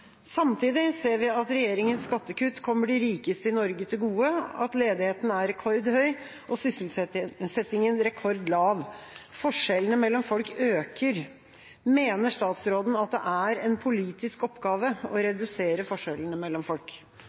Samtidig ser vi at regjeringens skattekutt kommer de rikeste i Norge til gode, at ledigheten er rekordhøy og sysselsettingen rekordlav. Forskjellene mellom folk øker. Mener statsråden at det er en politisk oppgave å redusere forskjellene mellom folk?»